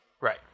Right